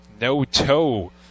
no-toe